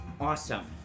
Awesome